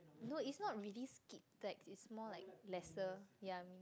no it's not really skip tax it's more like lesser ya